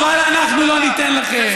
אבל אנחנו לא ניתן לכם.